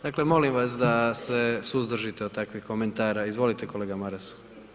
Dakle, molim vas da se suzdržite od takvih komentare, izvolite kolega Maras.